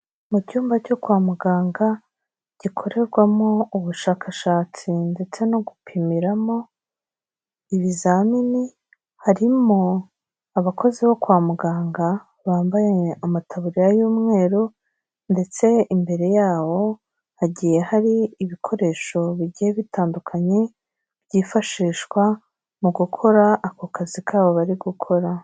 Mu cyumba cyo kwa muganga gikorerwamo ubushakashatsi ndetse no gupimiramo ibizamini, harimo abakozi bo kwa muganga bambaye amataburiya y'umweru ndetse imbere yawo hagiye hari ibikoresho bigiye bitandukanye, byifashishwa mu gukora ako kazi kabo bari gukora.